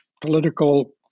political